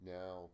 now